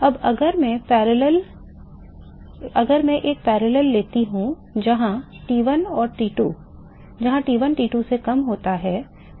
अब अगर मैं एक समानांतर लेता हूं जहां T1 T2 से कम होता है